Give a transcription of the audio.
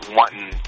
wanting